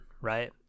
right